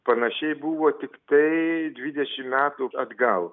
panašiai buvo tiktai dvidešimt metų atgal